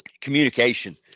communication